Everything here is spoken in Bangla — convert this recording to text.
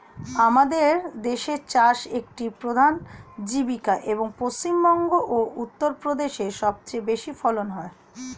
আমাদের দেশে চাষ একটি প্রধান জীবিকা, এবং পশ্চিমবঙ্গ ও উত্তরপ্রদেশে সবচেয়ে বেশি ফলন হয়